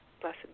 Blessed